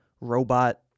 robot